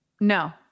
No